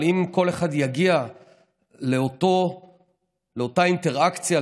אבל אם כל אחד יגיע לאותה אינטראקציה,